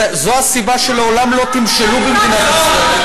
זו הסיבה שלעולם לא תמשלו במדינת ישראל,